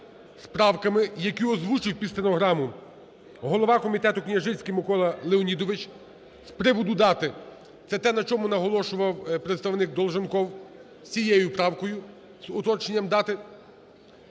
правками, які озвучив під стенограму голова комітету Княжицький Микола Леонідович. З приводу дати, це те, на чому наголошував представник Долженков, з цією правкою, з уточненням дати,